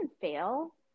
fail